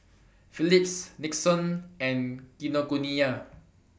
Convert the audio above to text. Phillips Nixon and Kinokuniya